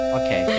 okay